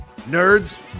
nerds